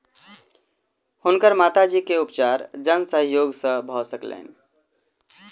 हुनकर माता जी के उपचार जन सहयोग से भ सकलैन